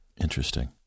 Interesting